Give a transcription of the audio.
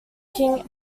king